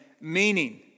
meaning